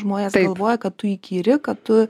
žmonės galvoja kad tu įkyri kad tu